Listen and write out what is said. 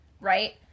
right